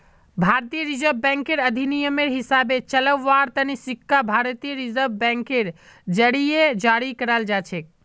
भारतीय reserve bank अधिनियमेर हिसाबे चलव्वार तने सिक्का भारतीय रिजर्व बैंकेर जरीए जारी कराल जाछेक